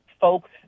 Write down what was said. folks